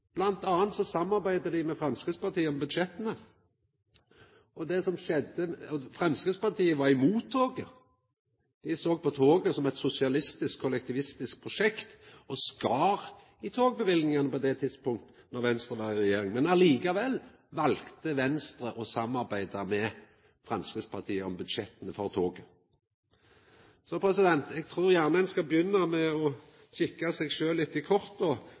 som eit sosialistisk, kollektivistisk prosjekt og skar i togløyvingane på det tidspunktet då Venstre var i regjering. Men likevel valde Venstre å samarbeida med Framstegspartiet om budsjetta for toget. Så eg trur gjerne ein skal begynna med å kikka seg sjølv litt